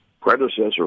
predecessor